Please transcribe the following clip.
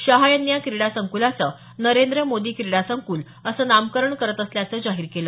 शहा यांनी या क्रीडा संकुलाचं नेंद्र मोदी क्रीडा संकुल असं नामकरण करत असल्याचं जाहीर केलं